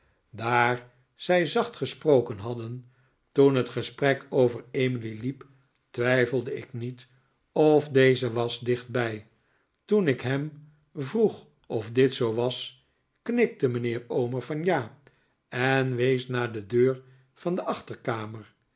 daar zij zacht gesproken hadden toen het gesprek over emily hep twijfelde ik niet of deze was dichtbij toen ik hem vroeg of dit zoo was knikte mijnheer omer van ja en wees naar de deur van de achterkamer